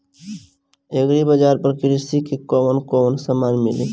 Agri बाजार पर कृषि के कवन कवन समान मिली?